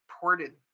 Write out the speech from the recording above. ported